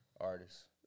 artists